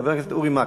חבר הכנסת אורי מקלב,